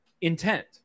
intent